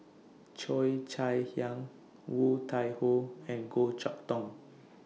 Cheo Chai Hiang Woon Tai Ho and Goh Chok Tong